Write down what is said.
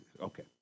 okay